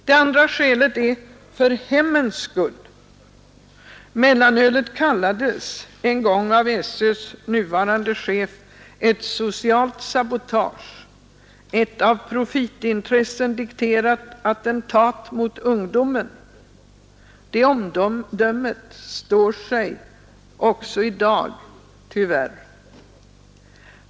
Det andra skälet är att något måste göras för hemmens skull. Mellanölet kallades en gång av skolöverstyrelsens nuvarande chef ”ett socialt sabotage, ett av profitintressen dikterat attentat mot ungdomen”. Det omdömet står sig också i dag, tyvärr.